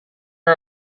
are